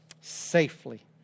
safely